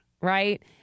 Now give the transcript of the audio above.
right